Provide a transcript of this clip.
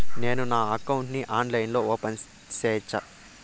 నేను నా అకౌంట్ ని ఆన్లైన్ లో ఓపెన్ సేయొచ్చా?